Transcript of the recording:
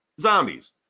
zombies